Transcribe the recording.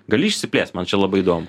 gali išsiplėst man čia labai įdomu